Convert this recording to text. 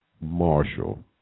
Marshall